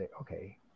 okay